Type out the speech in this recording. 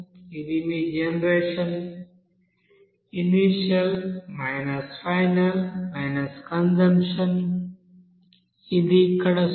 ఇది మీ generation initial final consumption ఇది ఇక్కడ సున్నా